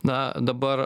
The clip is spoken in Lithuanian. na dabar